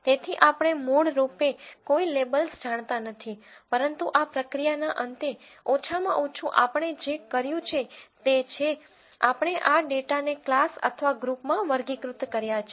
તેથી આપણે મૂળરૂપે કોઈ લેબલ્સ જાણતા નથી પરંતુ આ પ્રક્રિયાના અંતે ઓછામાં ઓછું આપણે જે કર્યું છે તે છે આપણે આ ડેટાને ક્લાસ અથવા ગ્રુપમાં વર્ગીકૃત કર્યા છે